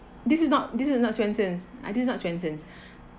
this is not this is not swensen uh this is not swensen